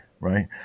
Right